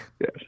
Yes